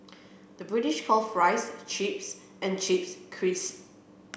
the British call fries chips and chips crisps